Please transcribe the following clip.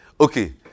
Okay